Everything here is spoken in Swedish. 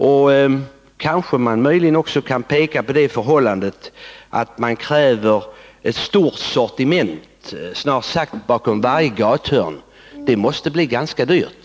Jag kanske också får peka på det förhållandet att konsumenterna kräver ett stort sortiment bakom snart sagt varje gathörn. Och det måste också bli ganska dyrt.